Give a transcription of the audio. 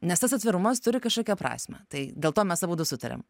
nes tas atvirumas turi kažkokią prasmę tai dėl to mes abudu sutariam